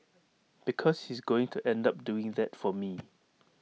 because he's going to end up doing that for me